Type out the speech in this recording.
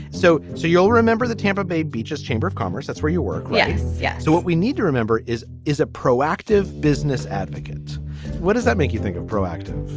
so so you'll remember the tampa bay beach's chamber of commerce. that's where you work. yes. yes. so what we need to remember is, is a proactive business advocate what does that make you think of proactive?